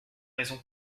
raisons